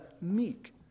meek